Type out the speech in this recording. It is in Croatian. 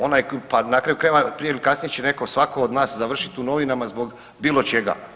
Onaj, pa na kraju krajeva, prije ili kasnije će netko, svatko od nas završiti u novinama zbog bilo čega.